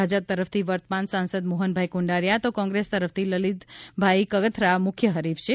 ભાજપ તરફથી વર્તમાન સાંસદ મોહનભાઇ કુંડારીયા તો કોંગ્રેસ તરફથી લલિતભાઇ કગથરા મુખ્ય હરીફ છે